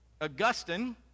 Augustine